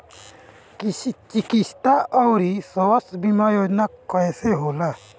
चिकित्सा आऊर स्वास्थ्य बीमा योजना कैसे होला?